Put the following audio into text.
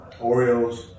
Oreos